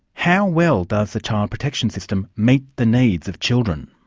how well does the child protection system meet the needs of children?